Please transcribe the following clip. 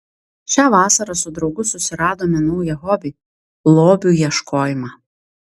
šią vasarą su draugu susiradome naują hobį lobių ieškojimą